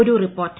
ഒരു റിപ്പോർട്ട്